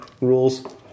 rules